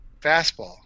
fastball